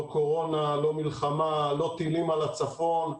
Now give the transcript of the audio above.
לא קורונה, לא מלחמה, לא טילים על הצפון.